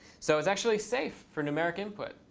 so it's actually safe for numeric input.